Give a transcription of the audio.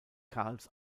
karls